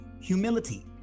humility